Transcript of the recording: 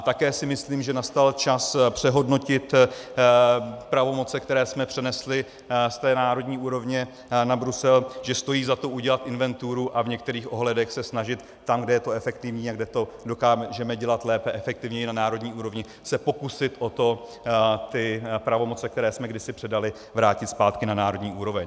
Také si myslím, že nastal čas přehodnotit pravomoce, které jsme přenesli z té národní úrovně na Brusel, že stojí za to udělat inventuru a v některých ohledech se snažit tam, kde je to efektivní a kde to dokážeme dělat lépe, efektivněji na národní úrovni, se pokusit o to, ty pravomoce, které jsme kdysi předali, vrátit zpátky na národní úroveň.